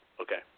Okay